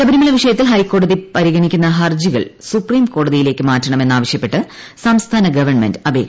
ശബരിമല വിഷയത്തിൽ ഹൈക്കോടതി പരിഗണിക്കുന്ന ഹർജികൾ സുപ്രീംകോടതിയിലേക്ക് മാറ്റണമെന്ന് ആവശ്യപ്പെട്ട് സംസ്ഥാന ഗവൺമെന്റ് അപേക്ഷ നൽകി